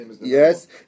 yes